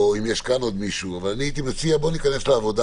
בואו ניכנס לעבודה